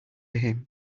him